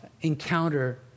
encounter